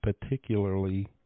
particularly